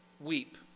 weep